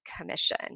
Commission